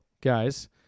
guys